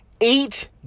eight